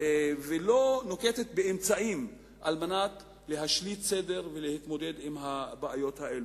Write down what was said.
ולא נוקטת אמצעים כדי להשליט סדר ולהתמודד עם הבעיות האלה.